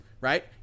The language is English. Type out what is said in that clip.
right